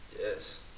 yes